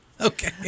Okay